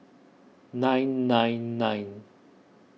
nine nine nine